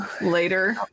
later